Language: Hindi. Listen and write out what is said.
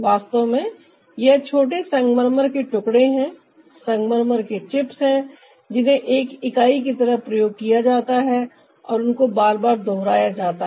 वास्तव में यह छोटे संगमरमर के टुकड़े हैं संगमरमर के चिप्स हैं जिन्हें एक इकाई की तरह प्रयोग किया जाता है और उनको बार बार दोहराया जाता है